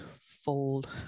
fold